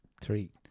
three